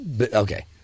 okay